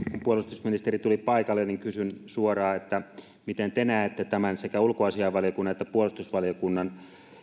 puolustusministeri tuli paikalle niin kysyn suoraan miten te näette tämän sekä ulkoasiainvaliokunnan että puolustusvaliokunnan